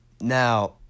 Now